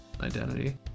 identity